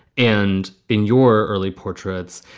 and in your early portraits,